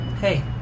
Hey